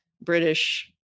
British